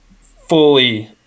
fully